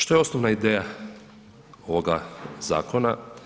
Što je osnovna ideja ovoga zakona?